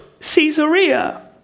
Caesarea